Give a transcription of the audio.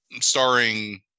starring